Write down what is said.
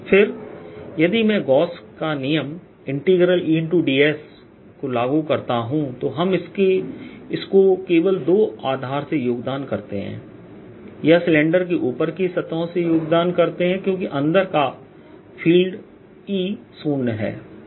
फिर यदि मैं गॉस के नियमGauss's Law Eds को लागू करता हूं तो हम इसको केवल दो आधार से योगदान करते हैं या सिलेंडर की ऊपरी सतहों से योगदान करते हैं क्योंकि अंदर का फ़ील्ड E शून्य है